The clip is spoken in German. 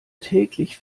täglich